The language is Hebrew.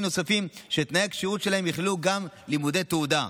נוספים שתנאי הכשירות שלהם יכללו גם הם לימודי תעודה.